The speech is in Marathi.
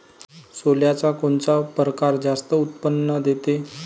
सोल्याचा कोनता परकार जास्त उत्पन्न देते?